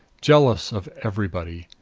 jealous of everybody.